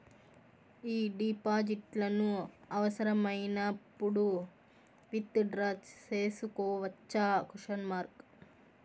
ఈ డిపాజిట్లను అవసరమైనప్పుడు విత్ డ్రా సేసుకోవచ్చా?